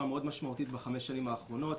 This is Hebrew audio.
משמעותית מאוד בחמש השנים האחרונות.